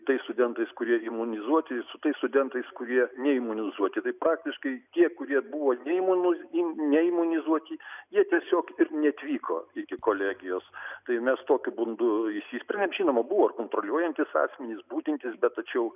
tais studentais kurie imunizuoti ir su tais studentais kurie ne imunizuoti tai praktiškai tie kurie buvo neįmuno neįmunizuoti jie tiesiog ir neatvyko iki kolegijos tai mes tokiu būdu išsispren žinoma buvo ir kontroliuojantys asmenys budintys bet tačiau